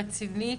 רציני,